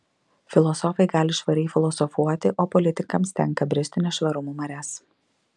filosofai gali švariai filosofuoti o politikams tenka bristi nešvarumų marias